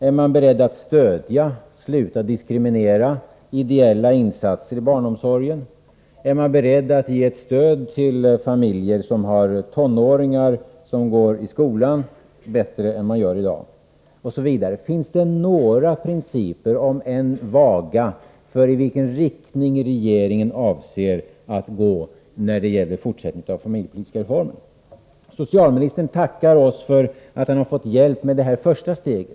Är regeringen beredd att stödja — sluta diskriminera — ideella insatser i barnomsorgen? Är regeringen beredd att ge familjer som har tonåringar som går i skolan ett bättre stöd än det som utgår i dag? Finns det några principer, om än vaga, för i vilken riktning regeringen avser fortsätta det familjepolitiska reformarbetet? Socialministern tackar oss för att han fått hjälp med detta första steg.